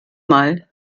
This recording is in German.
mal